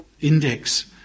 index